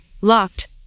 locked